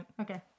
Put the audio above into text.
Okay